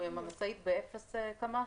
אם המשאית באפס קמ"ש,